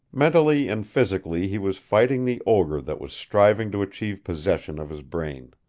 mentally and physically he was fighting the ogre that was striving to achieve possession of his brain.